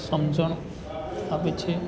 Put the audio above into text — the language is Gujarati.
સમજણ આપે છે